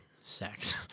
sex